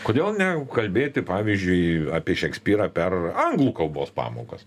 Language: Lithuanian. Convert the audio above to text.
kodėl ne kalbėti pavyzdžiui apie šekspyrą per anglų kalbos pamokas